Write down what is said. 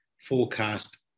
forecast